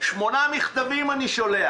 שמונה מכתבים אני שולח.